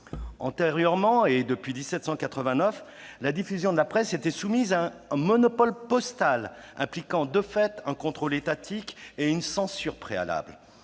Auparavant, et depuis 1789, la distribution de la presse était soumise à un monopole postal impliquant de fait un contrôle étatique et une censure préalables.